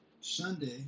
Sunday